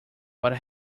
what